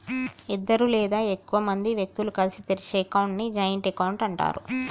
ఇద్దరు లేదా ఎక్కువ మంది వ్యక్తులు కలిసి తెరిచే అకౌంట్ ని జాయింట్ అకౌంట్ అంటరు